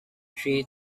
three